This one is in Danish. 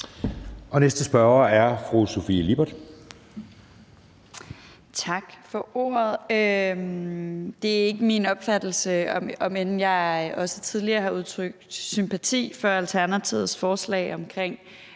Lippert. Kl. 12:16 Sofie Lippert (SF): Tak for ordet. Det er ikke min opfattelse, om end jeg også tidligere har udtrykt sympati for Alternativets forslag om